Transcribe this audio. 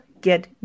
get